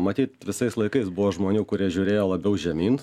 matyt visais laikais buvo žmonių kurie žiūrėjo labiau žemyn